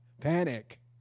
Panic